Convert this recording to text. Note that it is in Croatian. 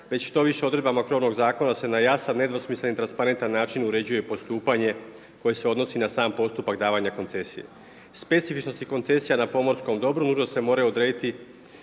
već štoviše odredbama krovnog zakona se na jasan nedvosmislen i transparentan način uređuje postupanje koje se odnosi na sam postupak davanja koncesije. Specifičnosti koncesija na pomorskom dobru nužno se moraju odrediti